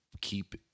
keep